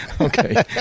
Okay